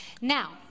Now